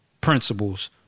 principles